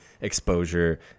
exposure